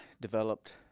developed